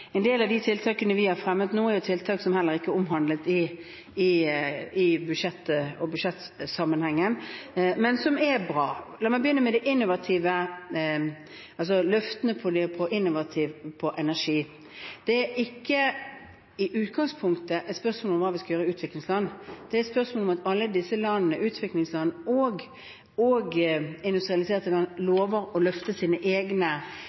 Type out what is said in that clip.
i budsjettsammenhengen, men som er bra. La meg begynne med løftene på energi: Det er ikke i utgangspunktet et spørsmål om hva vi skal gjøre i utviklingsland, det er et spørsmål om at alle land – utviklingsland og industrialiserte land – lover å løfte sine egne